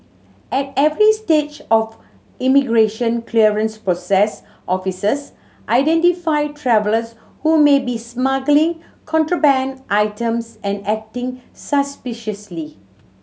at every stage of immigration clearance process officers identify travellers who may be smuggling contraband items and acting suspiciously